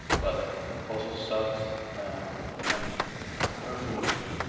but also socks and perfume too.